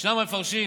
ישנם מפרשים